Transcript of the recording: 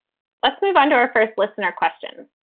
let's move on to our first listener question.